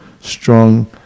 Strong